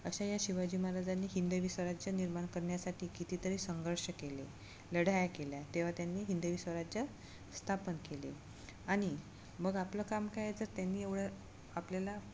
अशा या शिवाजी महाराजांनी हिंदवी स्वराज निर्माण करण्यासाठी कितीतरी संघर्ष केले लढाया केल्या तेव्हा त्यांनी हिंदवी स्वराज स्थापन केले आणि मग आपलं काम काय आहे जर त्यांनी एवढं आपल्याला